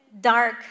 dark